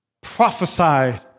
prophesied